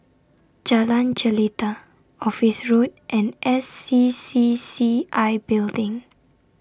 Jalan Jelita Office Road and S C C C I Building